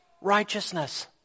righteousness